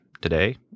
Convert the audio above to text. today